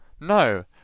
No